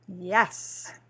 Yes